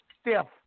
stiff